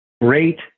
Great